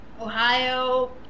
Ohio